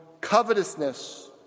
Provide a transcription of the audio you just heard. covetousness